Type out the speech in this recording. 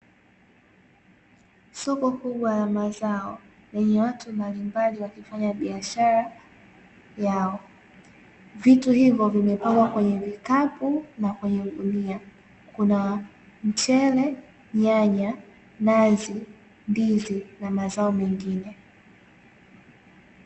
Soko kubwa la mazao yenye watu mbalimbali wakifanya biashara yao, vitu hivo vimepangwa kwenye vikapu na kwenye gunia, kuna mchele, nyaya, nazi, ndizi na mazao mengine.